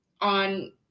on